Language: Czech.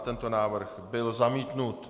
Tento návrh byl zamítnut.